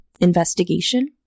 investigation